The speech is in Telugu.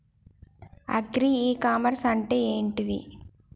అగ్రి ఇ కామర్స్ అంటే ఏంటిది?